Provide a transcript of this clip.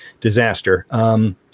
disaster